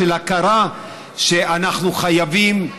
של הכרה שאנחנו חייבים,